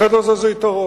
בחדר הזה זה יתרון.